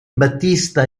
battista